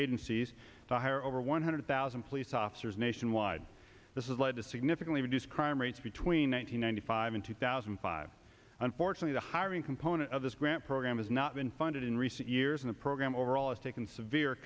agencies to hire over one hundred thousand police officers nationwide this is led to significantly reduce crime rates between one thousand ninety five and two thousand and five unfortunately the hiring component of this grant program has not been funded in recent years in the program overall it's taken severe